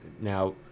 Now